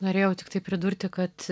norėjau tiktai pridurti kad